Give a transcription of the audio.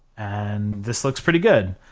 and this looks pretty good!